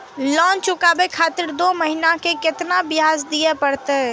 Loan चुकाबे खातिर दो महीना के केतना ब्याज दिये परतें?